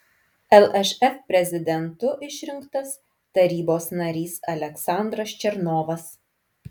lšf prezidentu išrinktas tarybos narys aleksandras černovas